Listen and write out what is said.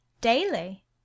daily